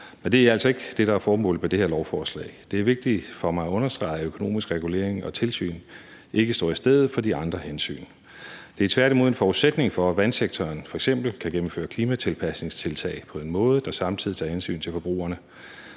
Det er altså ikke det, der er formålet med det her lovforslag. Det er vigtigt for mig at understrege, at økonomisk regulering og tilsyn ikke træder i stedet for de andre hensyn. Det er tværtimod en forudsætning for, at vandsektoren f.eks. kan gennemføre klimatilpasningstiltag på en måde, der samtidig tager hensyn til forbrugerne.